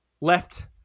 left